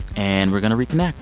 and we're going to reconnect